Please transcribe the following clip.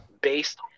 based